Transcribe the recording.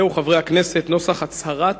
זהו, חברי הכנסת, נוסח הצהרת